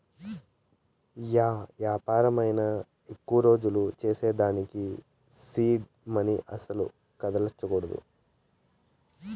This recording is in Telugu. యా యాపారమైనా ఎక్కువ రోజులు నడ్సేదానికి సీడ్ మనీ అస్సల కదల్సకూడదు